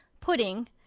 pudding